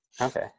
Okay